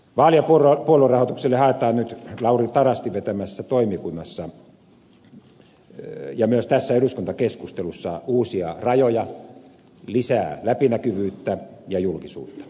vaali ja puoluerahoitukselle haetaan nyt lauri tarastin vetämässä toimikunnassa ja myös tässä eduskuntakeskustelussa uusia rajoja lisää läpinäkyvyyttä ja julkisuutta